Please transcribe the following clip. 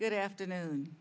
good afternoon